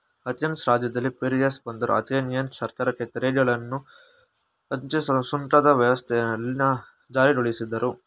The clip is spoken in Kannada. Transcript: ಅಥೆನ್ಸ್ ರಾಜ್ಯದಲ್ಲಿ ಪಿರೇಯಸ್ ಬಂದರು ಅಥೆನಿಯನ್ ಸರ್ಕಾರಕ್ಕೆ ತೆರಿಗೆಗಳನ್ನ ಹೆಚ್ಚಿಸಲು ಸುಂಕದ ವ್ಯವಸ್ಥೆಯನ್ನ ಜಾರಿಗೊಳಿಸಿದ್ರು